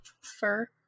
fur